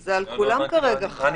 זה על כולם כרגע חל.